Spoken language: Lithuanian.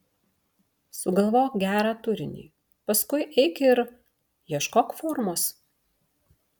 sugalvok gerą turinį paskui eik ir ieškok formos